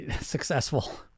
successful